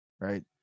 right